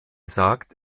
sagt